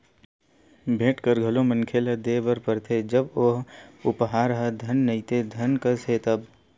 भेंट कर घलो मनखे ल देय बर परथे जब ओ उपहार ह धन नइते धन कस हे तब